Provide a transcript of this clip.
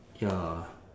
ya